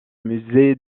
musée